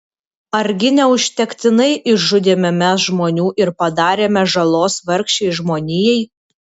argi neužtektinai išžudėme mes žmonių ir padarėme žalos vargšei žmonijai